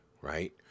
right